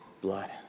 blood